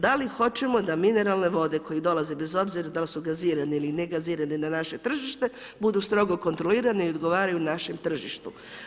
Da li hoćemo da mineralne vode koje dolaze bez obzira da li su gazirane ili negazirane na naše tržište budu strogo kontrolirane i odgovaraju našem tržištu.